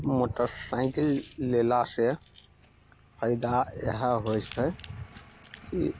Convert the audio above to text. motor cycle लेलासँ फाइदा इएह होइ छै